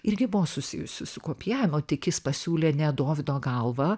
irgi buvo susijusi su kopijavimu tik jis pasiūlė ne dovydo galvą